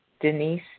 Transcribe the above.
Denise